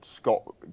Scott